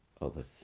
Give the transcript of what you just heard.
others